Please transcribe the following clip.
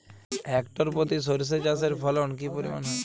Hectare প্রতি সর্ষে চাষের ফলন কি পরিমাণ হয়?